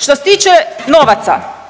Što se tiče novaca,